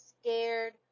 scared